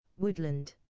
Woodland